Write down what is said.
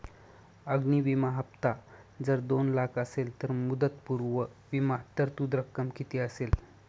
अग्नि विमा हफ्ता जर दोन लाख असेल तर मुदतपूर्व विमा तरतूद रक्कम किती असेल?